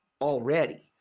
Already